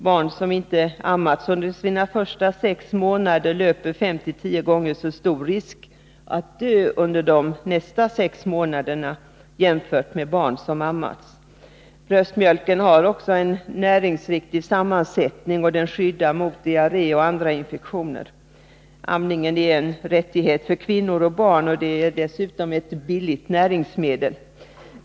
Barn som inte har ammats under de första sex månaderna löper 5-10 gånger så stor risk att dö under de följande sex månaderna som barn som har ammats. Bröstmjölken har en näringsriktig sammansättning och skyddar mot diarré och andra infektioner. Amningen är en rättighet för kvinnor och barn, och bröstmjölken är dessutom ett billigt näringsmedel.